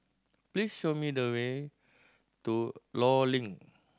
please show me the way to Law Link